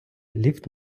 ліфт